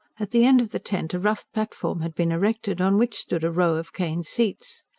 at the end of the tent a rough platform had been erected, on which stood a row of cane seats.